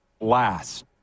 Last